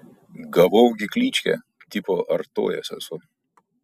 gavau gi kličkę tipo artojas esu